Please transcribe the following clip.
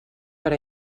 per